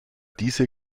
diese